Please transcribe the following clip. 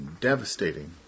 devastating